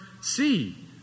see